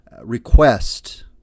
request